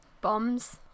bombs